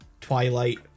Twilight